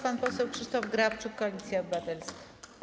Pan poseł Krzysztof Grabczuk, Koalicja Obywatelska.